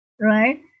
Right